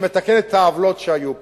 שמתקנת את העוולות שהיו פה.